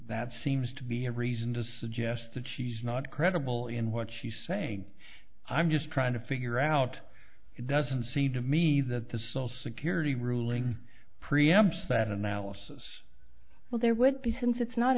that seems to be a reason to suggest that she's not credible in what she say i'm just trying to figure out it doesn't seem to me that the sole security ruling pre amps that analysis well there would be since it's not